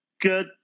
good